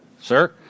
Sir